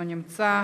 לא נמצא.